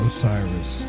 Osiris